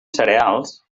cereals